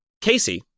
Casey